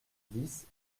dix